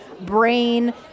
brain